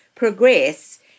progress